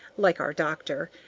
like our doctor,